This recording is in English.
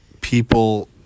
people